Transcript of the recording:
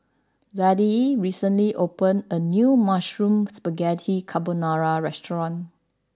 Zadie recently opened a new Mushroom Spaghetti Carbonara Restaurant